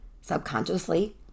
subconsciously